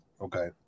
okay